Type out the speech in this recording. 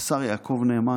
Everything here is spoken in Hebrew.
השר יעקב נאמן,